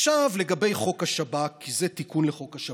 עכשיו לגבי חוק השב"כ, כי זה תיקון לחוק השב"כ: